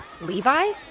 Levi